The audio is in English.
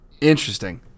Interesting